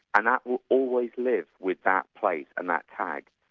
and that will always live with that place and that tag,